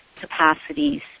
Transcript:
capacities